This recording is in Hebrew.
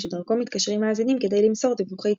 שדרכו מתקשרים מאזינים כדי למסור דיווחי תנועה.